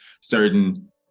certain